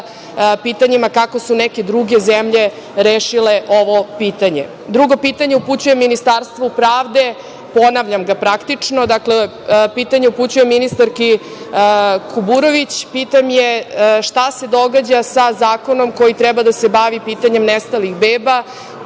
pitanjima kako su neke druge zemlje rešile ovo pitanje. Drugo pitanje upućujem Ministarstvu pravde, ponavljam ga praktično, dakle, pitanje upućujem ministarki Kuburović, pitam je – šta se događa sa zakonom koji treba da se bavi pitanjem nestalih